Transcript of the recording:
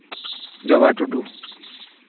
ᱡᱚᱵᱟ ᱴᱩᱰᱩ